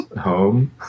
home